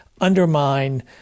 undermine